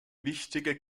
wichtige